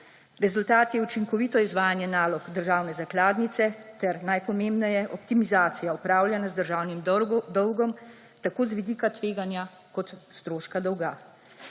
Rezultat je učinkovito izvajanje nalog državne zakladnice tern najpomembneje, optimizacija upravljanja z državnim dolgom, tako z vidika tveganja kot stroška dolga.